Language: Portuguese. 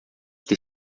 ter